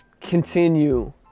continue